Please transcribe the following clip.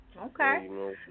Okay